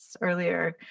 earlier